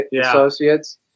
Associates